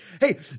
hey